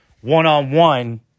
one-on-one